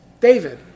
David